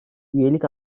üyelik